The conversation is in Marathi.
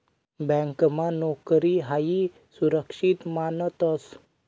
ब्यांकमा नोकरी हायी सुरक्षित मानतंस